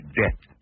death